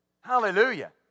Hallelujah